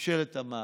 ממשלת המעבר,